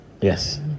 Yes